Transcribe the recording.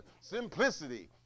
simplicity